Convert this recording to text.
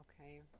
okay